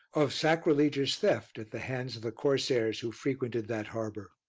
of sacrilegious theft at the hands of the corsairs who frequented that harbour.